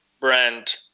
brand